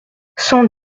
cent